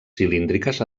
cilíndriques